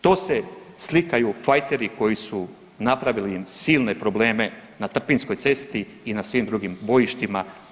To se slikaju fajteri koji su napravili im silne probleme na Trpinjskoj cesti i na svim drugim bojištima.